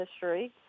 history